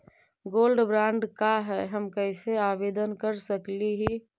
Gold bond का है, हम कैसे आवेदन कर सकली ही?